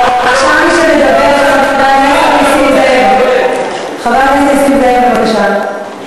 חבר הכנסת נסים זאב, בבקשה.